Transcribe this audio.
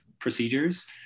procedures